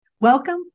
Welcome